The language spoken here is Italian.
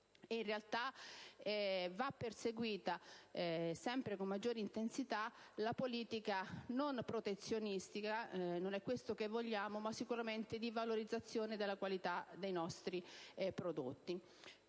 e quindi va perseguita con sempre maggiore intensità una politica non protezionistica - non è questo ciò che vogliamo - ma sicuramente di valorizzazione della qualità dei nostri prodotti.